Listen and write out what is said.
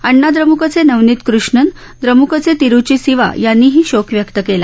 अण्णाद्रम्कचे नवनीत कृष्णन द्रम्कचे तिरूची सिवा यांनीही शोक व्यक्त केला